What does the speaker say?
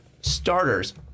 starters